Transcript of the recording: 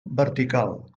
vertical